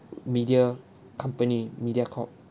media company mediacorp